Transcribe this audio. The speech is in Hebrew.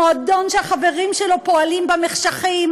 מועדון שהחברים שלו פועלים במחשכים,